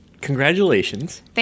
Congratulations